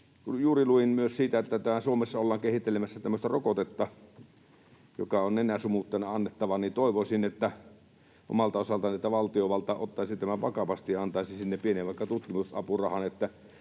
Juuri luin myös siitä, että täällä Suomessa ollaan kehittelemässä tämmöistä rokotetta, joka on nenäsumutteena annettava, ja toivoisin, että omalta osaltaan valtiovalta ottaisi tämän vakavasti ja antaisi sinne vaikka pienen tutkimusapurahan.